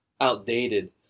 outdated